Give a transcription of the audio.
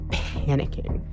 panicking